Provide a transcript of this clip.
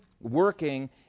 working